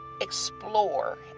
explore